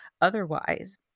otherwise